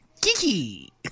Kiki